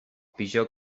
pitjor